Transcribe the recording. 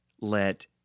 let